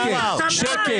שקר, שקר.